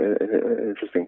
interesting